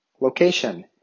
Location